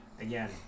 again